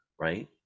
right